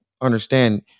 understand